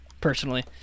Personally